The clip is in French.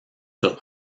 sur